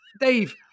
Dave